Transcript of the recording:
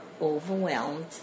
overwhelmed